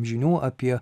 žinių apie